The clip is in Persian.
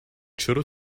چرا